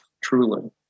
truly